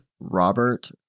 Robert